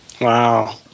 Wow